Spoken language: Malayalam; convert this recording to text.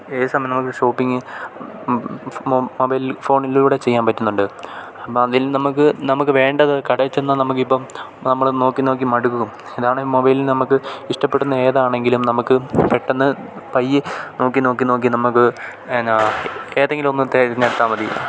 ഏത് സമയവും നമുക്ക് ഷോപ്പിങ് മൊബൈൽ ഫോണിലൂടെ ചെയ്യാൻ പറ്റുന്നുണ്ട് അപ്പോള് അതിൽ നമുക്ക് വേണ്ടത് കടയില്ച്ചെന്നാല് നമുക്കിപ്പോള് നമ്മള് നോക്കി നോക്കി മടുക്കും ഇതാണെങ്കില് മൊബൈലിൽ നമുക്ക് ഇഷ്ടപ്പെടുന്ന ഏതാണെങ്കിലും നമുക്ക് പെട്ടെന്ന് പയ്യെ നോക്കി നോക്കി നോക്കി നമുക്ക് എന്താണ് ഏതെങ്കിലുമൊന്ന് തെരഞ്ഞെടുത്താല് മതി